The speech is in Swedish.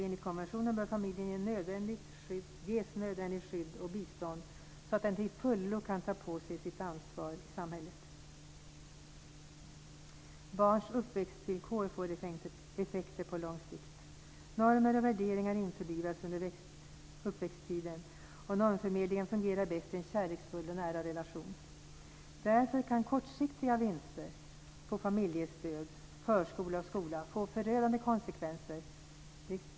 Enligt konventionen bör familjen ges nödvändigt skydd och bistånd så att den till fullo kan ta på sig sitt ansvar i samhället. Barns uppväxtvillkor får effekter på lång sikt. Normer och värderingar införlivas under uppväxttiden, och normförmedlingen fungerar bäst i en kärleksfull och nära relation. Därför kan kortsiktiga vinster på familjestöd, förskola och skola få förödande konsekvenser.